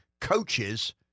coaches